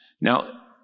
Now